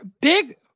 big